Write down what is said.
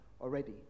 already